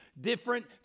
different